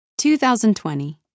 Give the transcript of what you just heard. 2020